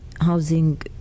housing